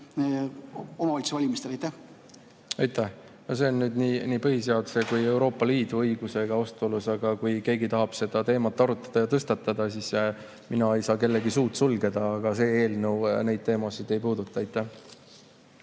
See on nii põhiseaduse kui ka Euroopa Liidu õigusega vastuolus. Kui keegi tahab seda teemat arutada ja tõstatada, siis mina ei saa kellegi suud sulgeda. Aga see eelnõu neid teemasid ei puuduta.